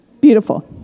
beautiful